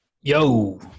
Yo